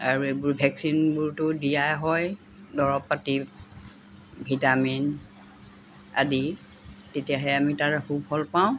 আৰু এইবোৰ ভেকচিনবোৰতো দিয়া হয় দৰৱ পাতি ভিটামিন আদি তেতিয়াহে আমি তাৰে সুফল পাওঁ